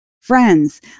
Friends